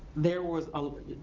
there was a.